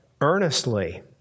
earnestly